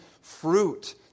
fruit